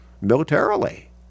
militarily